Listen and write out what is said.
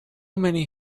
many